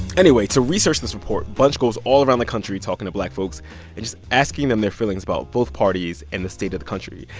anyway, to research this report, bunche goes all around the country talking to black folks and just asking them their feelings about both parties and the state of the country.